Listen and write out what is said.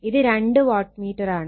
ഇത് രണ്ട് വാട്ട് മീറ്ററാണ്